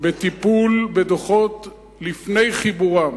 בטיפול בדוחות לפני חיבורם,